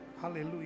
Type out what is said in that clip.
hallelujah